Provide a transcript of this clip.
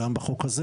גם בחוק הזה